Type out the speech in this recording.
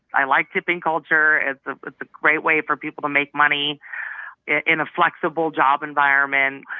i like tipping culture. it's a great way for people to make money in a flexible job environment.